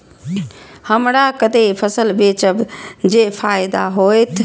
हमरा कते फसल बेचब जे फायदा होयत?